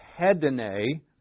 hedene